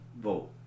vote